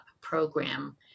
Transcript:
program